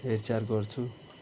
हेरचाह गर्छौँ